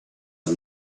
and